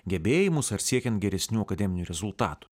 gebėjimus ar siekiant geresnių akademinių rezultatų